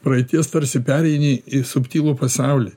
praeities tarsi pereini į subtilų pasaulį